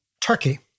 Turkey